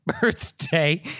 birthday